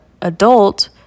adult